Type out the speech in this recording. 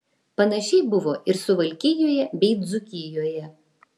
panašiai buvo ir suvalkijoje bei dzūkijoje